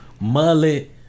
Mullet